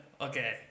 Okay